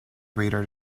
radar